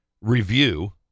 review